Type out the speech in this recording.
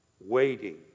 Waiting